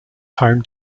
home